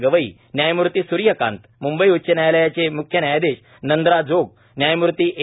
गवई न्यायमूर्ती सूर्य कांत मुंबई उच्च न्यायालयाचे मुख्य न्यायधिश नंद्रा जोग न्यायमूर्ती एस